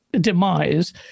demise